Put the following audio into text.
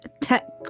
Tech